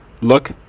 Look